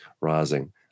rising